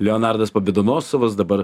leonardas pobedonoscevas dabar